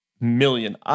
million